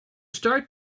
start